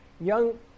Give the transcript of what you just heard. Young